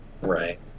right